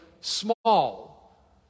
small